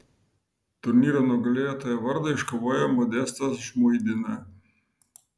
turnyro nugalėtojo vardą iškovojo modestas žmuidina